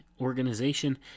organization